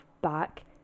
back